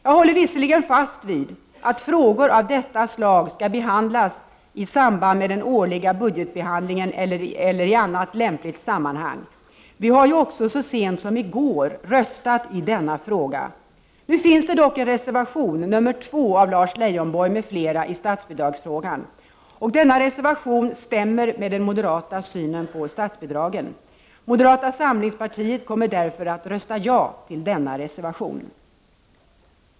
Jag håller visserligen fast vid att frågor av detta slag skall behandlas i samband med den årliga budgetbehandlingen eller i annat lämpligt sammanhang. Vi har också så sent som i går röstat i denna fråga. Nu finns det dock en reservation, nr 2 av Lars Leijonborg m.fl. i statsbidragsfrågan, och denna reservation stämmer med den moderata synen på statsbidragen. Moderata samlingspartiet kommer därför att rösta ja till denna reservation.